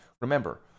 Remember